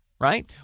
right